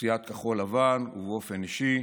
סיעת כחול לבן ובאופן אישי,